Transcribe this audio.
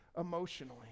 emotionally